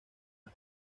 las